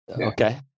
Okay